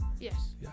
Yes